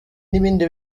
n’ibindi